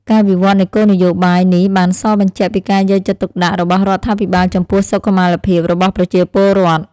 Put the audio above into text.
ការវិវត្តនៃគោលនយោបាយនេះបានសបញ្ជាក់ពីការយកចិត្តទុកដាក់របស់រដ្ឋាភិបាលចំពោះសុខុមាលភាពរបស់ប្រជាពលរដ្ឋ។